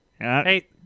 Hey